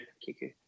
Kiku